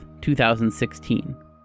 2016